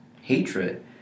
hatred